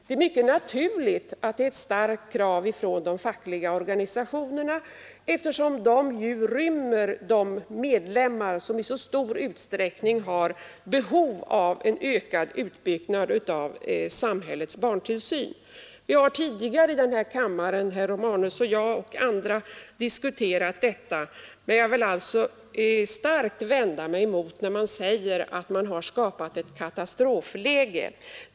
Det är naturligt att kravet på en sådan utbyggnad är mycket starkt från de fackliga organisationerna, eftersom de rymmer de medlemmar som i så stor utsträckning har behov av en ökad utbyggnad av samhällets barntillsyn. Herr Romanus, jag och många andra har tidigare i denna kammare diskuterat detta, men jag vill alltså starkt vända mig mot påståendet att ett katastrofläge har skapats.